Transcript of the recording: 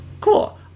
cool